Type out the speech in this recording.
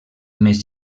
més